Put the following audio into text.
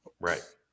Right